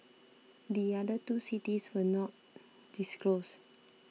the other two cities were not disclosed